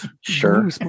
Sure